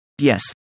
Yes